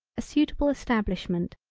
a suitable establishment,